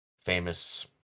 famous